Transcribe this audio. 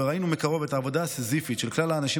וראינו מקרוב את העבודה הסיזיפית של כלל האנשים